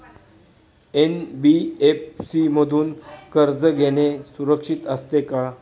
NBFC मधून कर्ज घेणे सुरक्षित असते का?